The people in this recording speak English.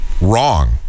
wrong